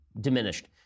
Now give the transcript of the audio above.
diminished